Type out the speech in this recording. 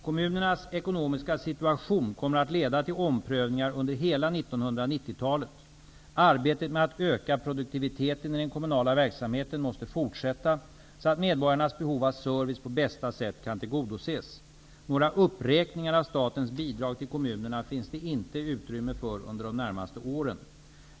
Kommunernas ekonomiska situation kommer att leda till omprövningar under hela 1990-talet. Arbetet med att öka produktiviteten i den kommunala verksamheten måste fortsätta, så att medborgarnas behov av service på bästa sätt kan tillgodoses. Några uppräkningar av statens bidrag till kommunerna finns det inte utrymme för under de närmaste åren.